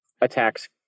attacks